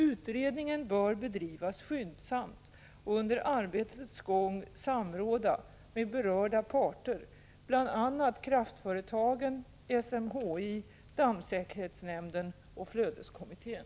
Utredningen bör bedrivas skyndsamt och under arbetets gång samråda med berörda parter, bl.a. kraftföretagen, SMHI, dammsäkerhetsnämnden och flödeskommittén.